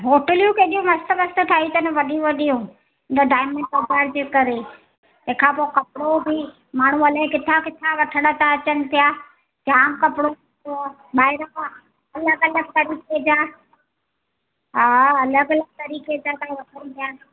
होटलूं केडी मस्तु मस्तु ठही अथनि वॾियूं वॾियूं त डायमंड वापारु जे करे तंहिंखां पोइ कपिड़ो बि माण्हू अलाए किथां किथां वठणु था अचनि पिया जामु कपिड़ो पियो आहे ॿाहिरि खां अलॻि अलॻि तरीक़े जा हा अलॻि अलॻि तरीक़े जा था वठनि पिया